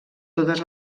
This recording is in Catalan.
totes